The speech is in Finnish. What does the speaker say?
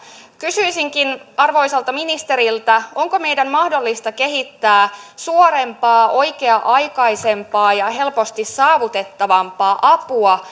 kysyisinkin arvoisalta ministeriltä onko meidän mahdollista kehittää suorempaa oikea aikaisempaa ja helpommin saavutettavaa apua